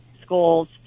schools